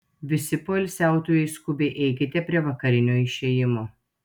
visi poilsiautojai skubiai eikite prie vakarinio išėjimo